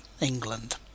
England